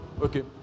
Okay